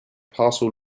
parcel